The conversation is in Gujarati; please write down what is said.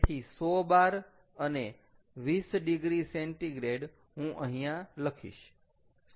તેથી 100 bar અને 20॰C હું અહીંયા લખીશ